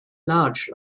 large